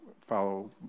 follow